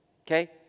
Okay